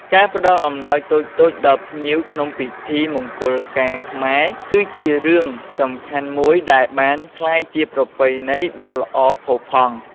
ការផ្តល់អំណោយតូចៗដល់ភ្ញៀវក្នុងពិធីមង្គលការខ្មែរ គឺជារឿងសំខាន់មួយដែលបានក្លាយជាប្រពៃណីដ៏ល្អផូរផង់។